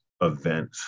event